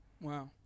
Wow